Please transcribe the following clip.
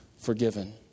forgiven